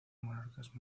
monarcas